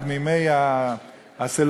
עוד מימי הסלולריים,